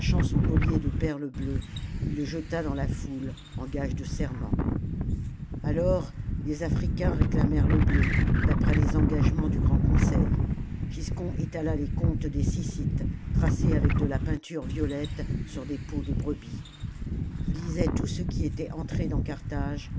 son collier de perles bleues il le jeta dans la foule en gage de serment alors les africains réclamèrent le blé d'après les engagements du grand conseil giscon étala les comptes des sjssites tracés avec de la peinture violette sur des peaux de brebis il hsait tout ce qui était entré dans carthage